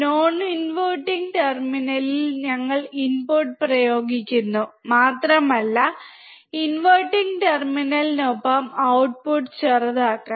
noninverting ടെർമിനലിൽ ഞങ്ങൾ input പ്രയോഗിക്കുന്നു മാത്രമല്ല ഇൻവെർട്ടിംഗ് ടെർമിനലിനൊപ്പം ഔട്ട്പുട്ട് ചെറുതാക്കണം